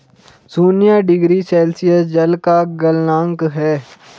शून्य degree Celsius जल का गलनांक है